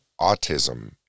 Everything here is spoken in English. autism